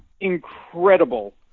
Incredible